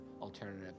alternative